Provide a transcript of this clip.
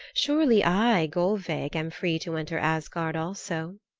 surely i, gulveig, am free to enter asgard also.